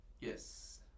Yes